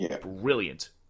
brilliant